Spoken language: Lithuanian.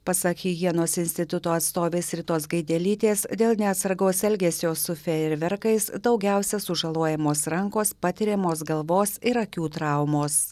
pasakė hihienos instituto atstovės ritos gaidelytės dėl neatsargaus elgesio su fejerverkais daugiausia sužalojamos rankos patiriamos galvos ir akių traumos